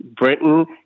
britain